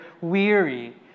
weary